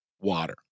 water